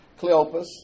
Cleopas